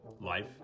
life